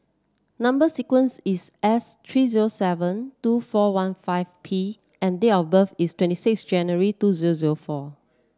number sequence is S three zero seven two four one five P and date of birth is twenty six January two zero zero four